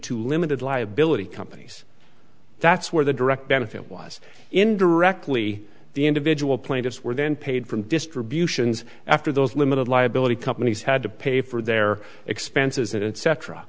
too limited liability companies that's where the direct benefit was indirectly the individual plaintiffs were then paid from distributions after those limited liability companies had to pay for their expenses